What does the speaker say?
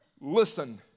listen